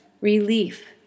Relief